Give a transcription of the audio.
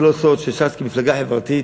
זה לא סוד שש"ס היא מפלגה חברתית,